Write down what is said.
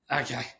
Okay